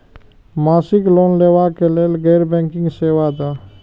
मासिक लोन लैवा कै लैल गैर बैंकिंग सेवा द?